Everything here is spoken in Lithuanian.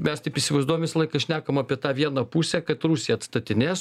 mes taip įsivaizduojam visą laiką šnekam apie tą vieną pusę kad rusija atstatinės